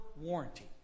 warranty